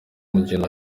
umugeni